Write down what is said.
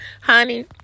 Honey